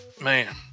man